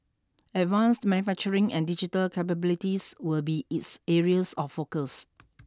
advanced manufacturing and digital capabilities will be its areas of focus